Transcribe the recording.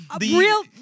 Real